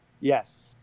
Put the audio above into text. yes